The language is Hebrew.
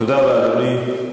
תודה רבה, אדוני.